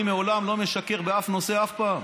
אני לעולם לא משקר באף נושא, אף פעם.